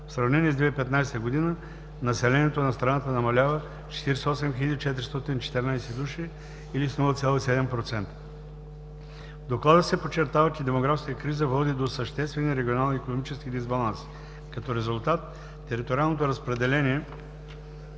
В сравнение с 2015 г. населението на страната намалява с 48 414 души, или с 0,7%. В Доклада се подчертава, че демографската криза води до съществени регионални икономически дисбаланси. Като резултат териториалното разпределение